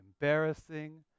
embarrassing